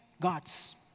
God's